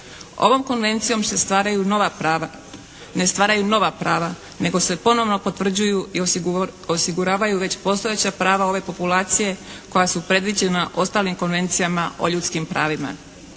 Ovom konvencijom se ne stvaraju nova prava nego se ponovno potvrđuju i osiguravaju već postojeća prava ove populacije koja su predviđena ostalim konvencijama o ljudskim pravima.